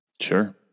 sure